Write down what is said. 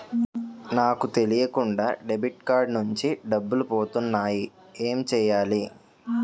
నాకు తెలియకుండా debit card నుంచి డబ్బులు పోతున్నాయి ఎం చెయ్యాలి?